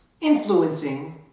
influencing